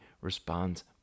responds